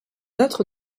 autre